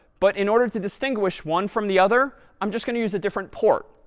but in order to distinguish one from the other, i'm just going to use a different port.